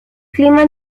clima